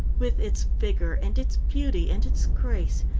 with its vigor and its beauty and its grace,